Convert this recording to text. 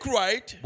right